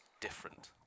different